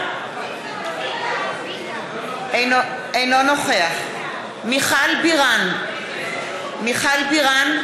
אינו נוכח מיכל בירן,